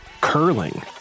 curling